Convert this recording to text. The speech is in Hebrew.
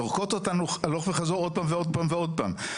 זורקות אותן הלוך וחזור עוד פעם ועוד פעם ועוד פעם.